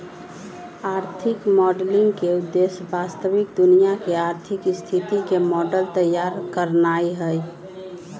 आर्थिक मॉडलिंग के उद्देश्य वास्तविक दुनिया के आर्थिक स्थिति के मॉडल तइयार करनाइ हइ